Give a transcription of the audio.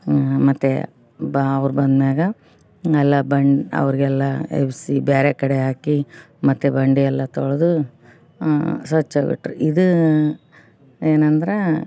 ಮತ್ತೆ ಬಾ ಅವ್ರು ಬಂದ್ಮೇಲೆ ನೆಲ ಬಂಡೆ ಅವ್ರಿಗೆಲ್ಲ ಎಬ್ಬಿಸಿ ಬೇರೆ ಕಡೆ ಹಾಕಿ ಮತ್ತೆ ಬಂಡೆ ಎಲ್ಲ ತೊಳೆದು ಸ್ವಚ್ಛವಾಗಿಟ್ಟರು ಇದು ಏನಂದ್ರೆ